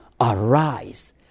arise